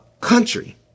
country